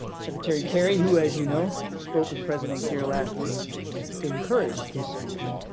secretary kerry, who as you know spoke with president kiir last week to encourage his signature,